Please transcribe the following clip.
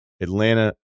Atlanta